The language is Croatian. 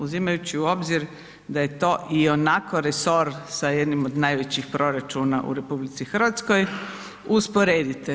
Uzimajući u obzir da je to ionako resor sa jednim od najvećih proračuna u RH, usporedite.